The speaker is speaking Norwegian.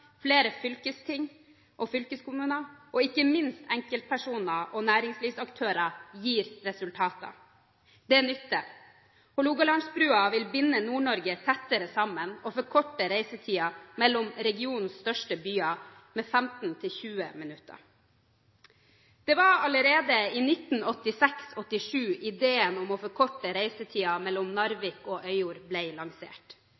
flere fylkesting og fylkeskommuner og ikke minst enkeltpersoner og næringslivsaktører jobber sammen over lang tid, gir resultater. Det nytter. Hålogalandsbrua vil binde Nord-Norge tettere sammen og forkorte reisetiden mellom regionens største byer med 15–20 minutter. Det var allerede i 1986–1987 ideen om å forkorte reisetiden mellom